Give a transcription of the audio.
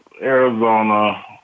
Arizona